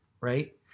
right